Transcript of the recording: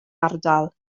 ardal